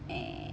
eh